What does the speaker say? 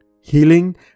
Healing